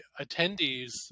attendees